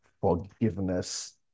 forgiveness